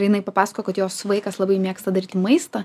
jinai papasakojo kad jos vaikas labai mėgsta daryti maistą